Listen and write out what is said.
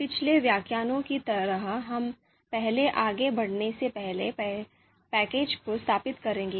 पिछले व्याख्यानों की तरह हम पहले आगे बढ़ने से पहले पैकेज को स्थापित करेंगे